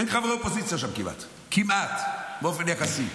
אין חברי אופוזיציה שם כמעט, כמעט, באופן יחסי.